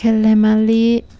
খেল ধেমালি